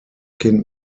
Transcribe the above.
kind